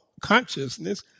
consciousness